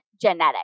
genetics